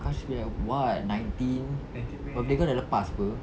cause we are what nineteen birthday kau dah lepas [pe]